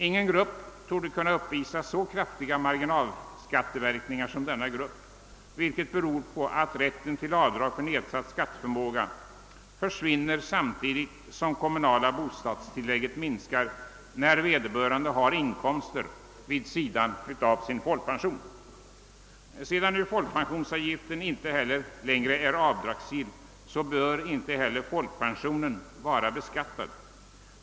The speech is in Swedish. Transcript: Ingen grupp torde få vidkännas så kraftiga marginalskatter som denna grupp, vilket beror på att rätten till avdrag för nedsatt skatteförmåga försvinner samtidigt som det kommunala bostadstill lägget minskar, när vederbörande har inkomster vid sidan om sin folkpension. När folkpensionsavgiften nu inte längre är avdragsgill bör inte heller folkpensionen vara beskattad.